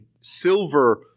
silver